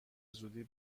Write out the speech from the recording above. زودی